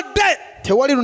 death